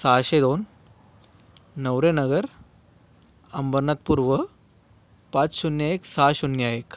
सहाशे दोन नवरे नगर अंबरनाथ पूर्व पाच शून्य एक सहा शून्य एक